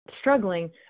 struggling